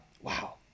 Wow